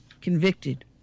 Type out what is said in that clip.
convicted